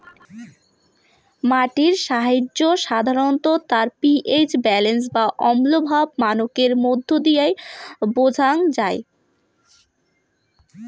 মাটির স্বাইস্থ্য সাধারণত তার পি.এইচ ব্যালেন্স বা অম্লভাব মানকের মইধ্য দিয়া বোঝাং যাই